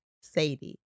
Sadie